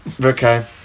okay